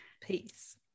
Peace